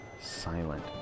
silent